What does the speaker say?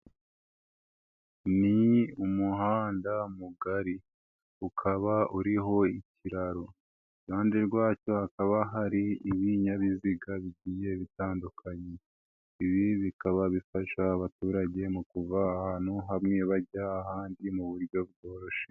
Ni umuhanda mugari ukaba uriho ikiraro, iruhande rwacyo hakaba hari ibinyabiziga bigiye bitandukanye, ibi bikaba bifasha abaturage mu kuva ahantu hamwe bajya ahandi mu buryo bworoshye.